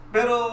Pero